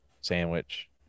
sandwich